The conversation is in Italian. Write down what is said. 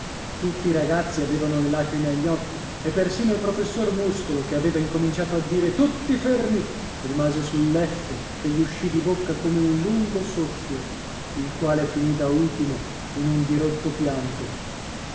tutti i ragazzi avevano le lacrime agli occhi e persino il professor muscolo che aveva incominciato a dire tutti fermi rimase sull'effe che gli uscì di bocca come un lungo soffio il quale finì da ultimo in un dirotto pianto